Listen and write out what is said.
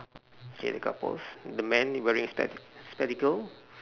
okay the couples the man wearing spec~ spectacles